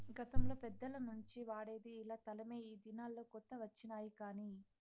గతంలో పెద్దల నుంచి వాడేది ఇలా తలమే ఈ దినాల్లో కొత్త వచ్చినాయి కానీ